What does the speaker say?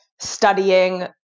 studying